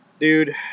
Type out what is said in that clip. Dude